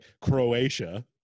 croatia